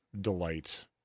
delight